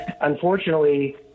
unfortunately